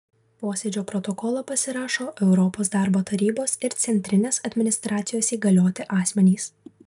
posėdžio protokolą pasirašo europos darbo tarybos ir centrinės administracijos įgalioti asmenys